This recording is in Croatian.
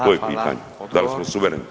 To je pitanje da li smo suvereni?